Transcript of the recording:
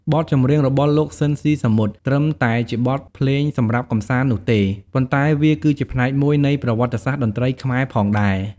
បទចម្រៀងរបស់លោក ស៊ីន ស៊ីសាមុត ត្រឹមតែជាបទភ្លេងសម្រាប់កម្សាន្តនោះទេ ប៉ុន្តែវាគឺជាផ្នែកមួយនៃប្រវត្តិសាស្ត្រតន្ត្រីខ្មែរផងដែរ។